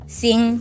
sing